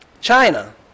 China